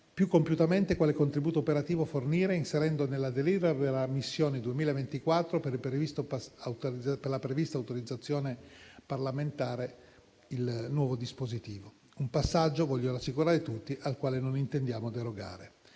più compiutamente quale contributo operativo fornire, inserendo nella delibera della missione 2024 per la prevista autorizzazione parlamentare, il nuovo dispositivo; un passaggio - voglio rassicurare tutti - al quale non intendiamo derogare.